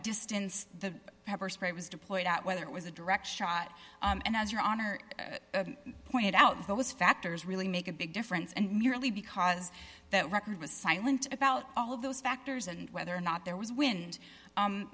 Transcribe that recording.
distance the pepper spray was deployed out whether it was a direct shot and as your honor pointed out those factors really make a big difference and merely because that record was silent about all of those factors and whether or not there was w